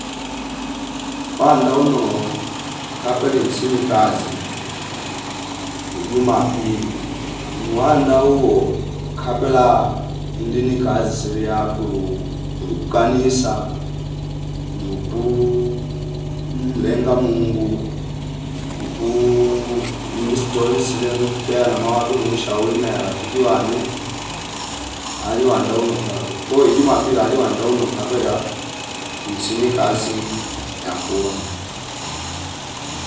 Wanda ndauno kapeli insinika kazi ijumapili nuwandauo kapela ndini kazi ziliya kuu kuyu mkanisa nuukuu mlenga Mungu nuukuu mlistoli sile nukupea na mwazo nu shauri na ya rafiki wane aliwanda unoka ko ijumapili alinda unokapela nsini kazi ya kuomba